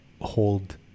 hold